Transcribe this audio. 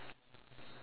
why